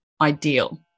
ideal